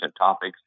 topics